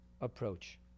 approach